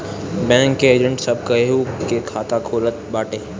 bank के agent सब केहू के खाता खोलत बाटे